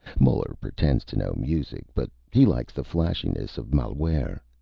muller pretends to know music, but he likes the flashiness of mohlwehr.